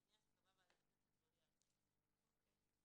ענייניה שקבעה ועדת הכנסת והודיעה על כך לכנסת.